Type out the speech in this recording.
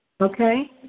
Okay